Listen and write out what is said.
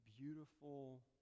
beautiful